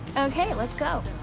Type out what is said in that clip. okay, let's go.